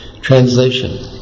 Translation